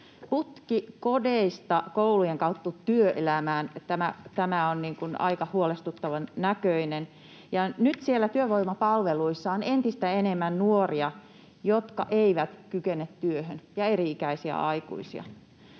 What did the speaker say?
Putki kodeista koulujen kautta työelämään on aika huolestuttavan näköinen, ja nyt siellä työvoimapalveluissa on entistä enemmän nuoria, jotka eivät kykene työhön — ja eri ikäisiä aikuisia.